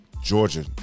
Georgia